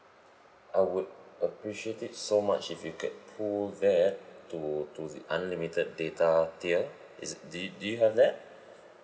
I would appreciate it so much if you get pull that to to the unlimited data tier is do do you have that